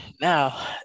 now